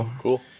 Cool